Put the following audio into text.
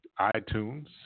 iTunes